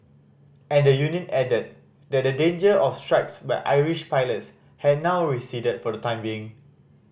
and the union added that the danger of strikes by Irish pilots had now receded for the time being